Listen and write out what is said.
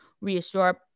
reassure